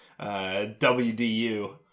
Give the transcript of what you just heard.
WDU